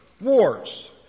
wars